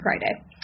Friday